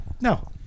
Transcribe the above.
No